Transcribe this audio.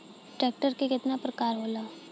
Tractor के केतना प्रकार होला?